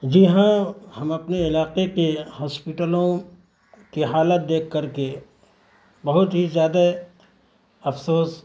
جی ہاں ہم اپنے علاقے کے ہاسپیٹلوں کی حالت دیکھ کر کے بہت ہی زیادہ افسوس